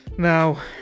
Now